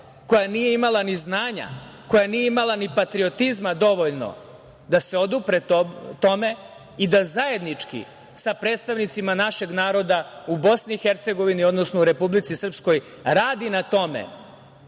koja nije imala ni znanja, koja nije imala ni patriotizma dovoljno da se odupre tome i da zajednički sa predstavnicima našeg naroda u BiH, odnosno u Republici Srpskoj radi na tome